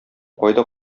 кайда